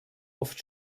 oft